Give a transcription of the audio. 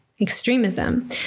extremism